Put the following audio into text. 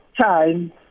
time